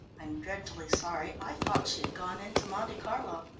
i'm dreadfully sorry, i thought she had gone into monte carlo.